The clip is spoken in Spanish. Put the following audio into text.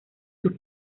sus